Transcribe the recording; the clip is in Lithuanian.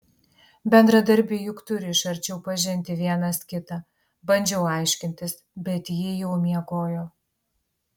bendradarbiai juk turi iš arčiau pažinti vienas kitą bandžiau aiškintis bet ji jau miegojo